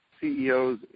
CEOs